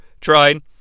trying